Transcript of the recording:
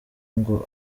ngo